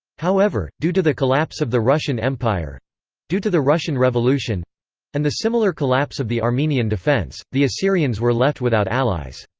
however, due to the collapse of the russian empire due to the russian revolution and the similar collapse of the armenian defense, the assyrians were left without allies.